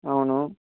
అవును